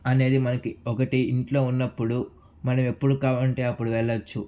అనేది మనకి ఒకటి ఇంట్లో ఉన్నప్పుడు మనం ఎప్పుడు కావాలంటే అప్పుడు వెళ్లొచ్చు